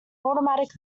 automatic